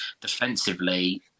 defensively